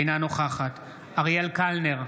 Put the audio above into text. אינה נוכחת אריאל קלנר,